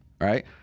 Right